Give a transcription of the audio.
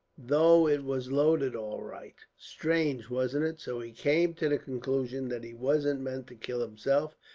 though it was loaded all right. strange, wasn't it? so he came to the conclusion that he wasn't meant to kill himself,